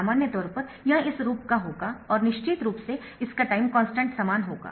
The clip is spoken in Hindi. सामान्य तौर पर यह इस रूप का होगा और निश्चित रूप से इसका टाइम कॉन्स्टन्ट समान होगा